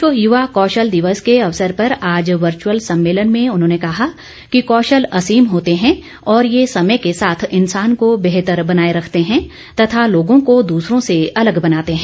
विश्व युवा कौशल दिवस के अवसर पर आज वर्चुअल सम्मेलन में उन्होंने कहा कि कौशल असीम होते हैं और यह समय के साथ इंसान को बेहतर बनाए रखते हैं तथा लोगों को दूसरों से अलग बनाते हैं